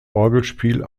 orgelspiel